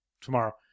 tomorrow